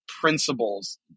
principles